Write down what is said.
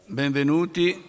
benvenuti